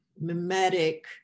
mimetic